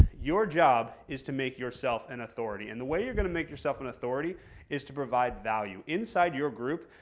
your job is to make yourself an authority, and the way you're going to make yourself an authority is to provide value. inside your group,